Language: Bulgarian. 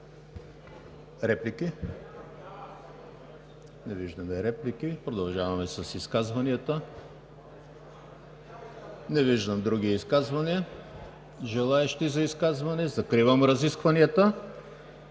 Реплики? Не виждам. Продължаваме с изказванията. Не виждам други желаещи за изказване. Закривам разискванията.